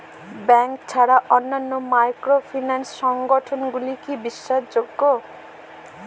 Bank ছাড়া অন্যান্য microfinance সংগঠন গুলি কি বিশ্বাসযোগ্য?